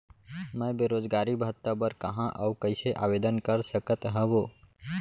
मैं बेरोजगारी भत्ता बर कहाँ अऊ कइसे आवेदन कर सकत हओं?